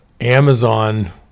Amazon